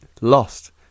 lost